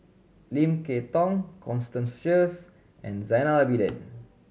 Lim Kay Tong Constance Sheares and Zainal Abidin